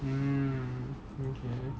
mm okay